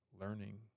learning